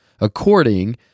according